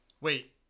Wait